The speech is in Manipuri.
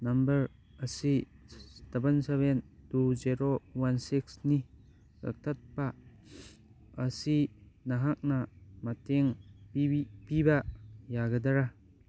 ꯅꯝꯕꯔ ꯑꯁꯤ double seven two zero one ꯁꯤꯛꯁꯅꯤ ꯀꯛꯊꯠꯄ ꯑꯁꯤ ꯅꯍꯥꯛꯅ ꯃꯇꯦꯡ ꯄꯤꯕ ꯌꯥꯒꯗ꯭ꯔꯥ